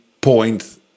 point